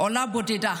עולה בודדה,